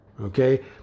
okay